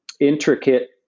Intricate